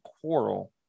Quarrel